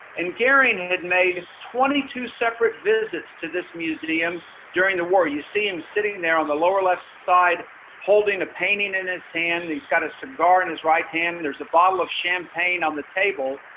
and garing had made twenty two separate visits to this museum during the war. you see him sitting there on the lower left side holding a painting in his hand, he's got a cigar in his right hand. there's a bottle of champagne on the table,